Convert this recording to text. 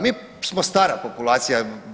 Mi smo stara populacija.